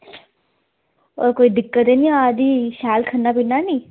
होर कोई दिक्कत ते नि आ दी शैल खन्नां पीन्नां नेईं